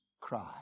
cry